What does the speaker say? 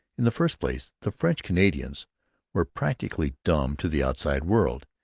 in the first place, the french canadians were practically dumb to the outside world.